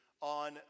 on